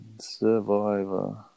Survivor